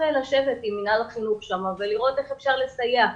לשבת עם מינהל החינוך שם ולראות איך אפשר לסייע.